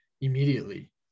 immediately